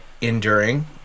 enduring